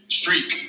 streak